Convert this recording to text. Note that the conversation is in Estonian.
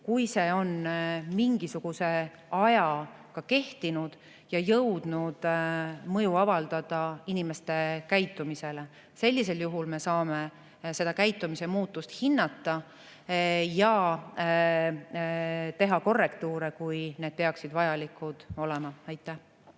kui see on mingisuguse aja kehtinud ja jõudnud mõju avaldada inimeste käitumisele. Sellisel juhul me saame käitumise muutust hinnata ja teha korrektuure, kui need peaksid vajalikud olema. Aitäh!